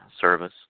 service